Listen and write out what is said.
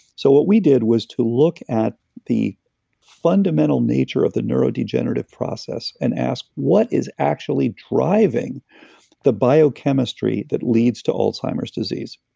so what we did was to look at the fundamental nature of the neurodegenerative process, and ask, what is actually driving the biochemistry that leads of alzheimer's disease?